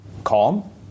Calm